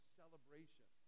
celebration